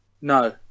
No